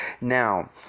now